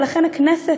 ולכן הכנסת,